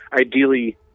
ideally